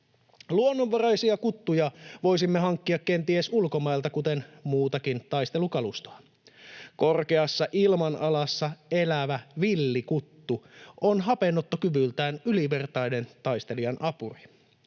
Luonnonvaraisia kuttuja voisimme hankkia kenties ulkomailta, kuten muutakin taistelukalustoa. Korkeassa ilmanalassa elävä villi kuttu on hapenottokyvyltään ylivertainen taistelijan apuri.